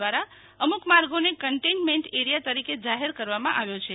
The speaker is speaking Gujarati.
દ્રારા અમુક માર્ગોને કન્ટેઈન્ટમેન્ટ એરીયા તરીકે જાહેર કરવામાં આવ્યો છે